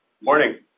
Morning